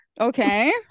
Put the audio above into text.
Okay